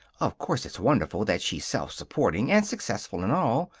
of course it's wonderful that she's self-supporting and successful and all,